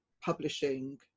publishing